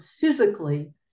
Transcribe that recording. physically